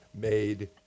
made